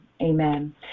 Amen